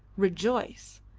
rejoice!